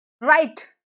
right